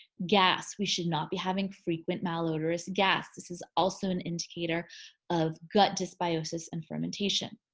gas, we should not be having frequent malodorous gas. this is also an indicator of gut dysbiosis and fermentation.